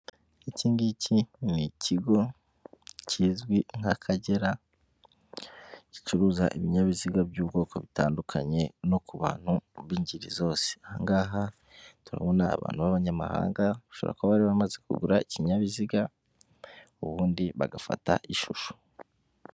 Ikingiki ni ikigo kizwi nk'akagera gicuruza ibinyabiziga by'ubwoko butandukanye no ku bantu b'ingeri zose. Aho hafi turabona abantu b'abanyamahanga, bashobora kuba bari bamaze kugura ikinyabiziga ubundi bagafata ishusho.